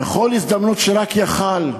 בכל הזדמנות שרק יכול,